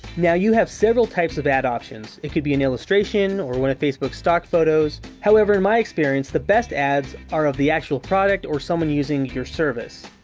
now, you have several types of ad options. it can be an illustration or one of facebook's stock photos. however, in my experience, the best ads are of the actual product or someone using your service.